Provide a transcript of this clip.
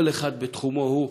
כל אחד בתחומו הוא,